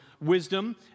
wisdom